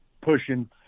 pushing